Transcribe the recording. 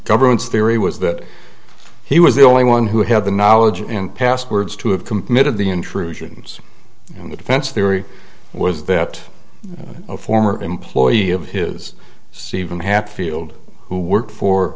government's theory was that he was the only one who had the knowledge and passwords to have completed the intrusions and the defense theory was that a former employee of his c from hatfield who worked for